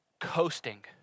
coasting